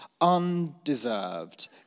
undeserved